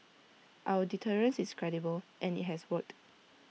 our deterrence is credible and IT has worked